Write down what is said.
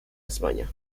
españa